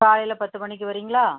காலையில் பத்து மணிக்கு வரீங்களா